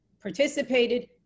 participated